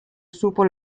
supo